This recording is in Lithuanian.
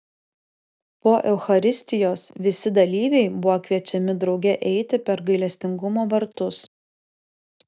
po eucharistijos visi dalyviai buvo kviečiami drauge eiti per gailestingumo vartus